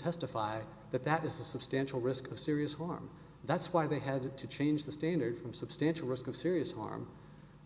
testify that that is a substantial risk of serious harm that's why they had to change the standards from substantial risk of serious harm